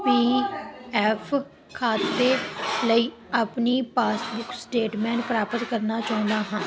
ਪੀ F ਖਾਤੇ ਲਈ ਆਪਣੀ ਪਾਸਬੁੱਕ ਸਟੇਟਮੈਂਟ ਪ੍ਰਾਪਤ ਕਰਨਾ ਚਾਹੁੰਦਾ ਹਾਂ